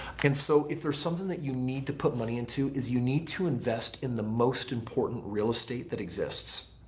and so if there's something that you need to put money into is you need to invest in the most important real estate that exists.